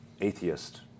atheist